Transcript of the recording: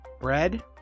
Bread